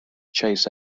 chase